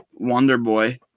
Wonderboy